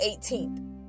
18th